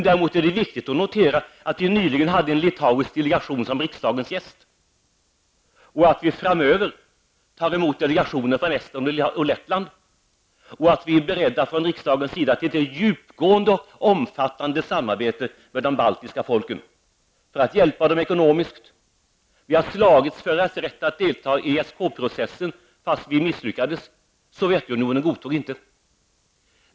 Däremot är det viktigt att notera att vi nyligen hade en litauisk delegation som riksdagens gäster, och att vi framöver tar emot delegationer från Estland och Lettland och från riksdagens sida är beredda till djupgående och omfattande samarbete med de baltiska folken. Det kan handla om hjälp ekonomiskt. Vi har slagits för deras rätt att delta i ESK-processen, fast vi misslyckades eftersom Sovjetunionen inte godtog det.